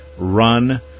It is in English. run